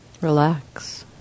Relax